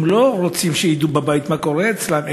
הם לא רוצים שידעו מה קורה אצלם בבית,